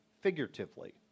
figuratively